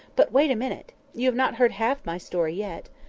but wait a minute! you have not heard half my story yet!